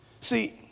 See